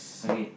okay